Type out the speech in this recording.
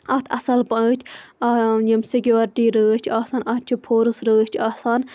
اتھ اصل پٲٹھۍ یِم سیٚکیورٹی رٲچھ آسان اتھ چھُ پھورٕس رٲچھ آسان